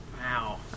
Wow